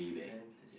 fantasy